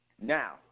Now